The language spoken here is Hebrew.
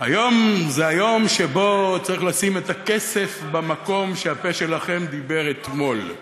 היום זה היום שבו צריך לשים את הכסף במקום שהפה שלכם דיבר אתמול,